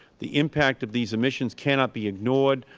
the impact of these emissions cannot be ignored.